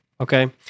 Okay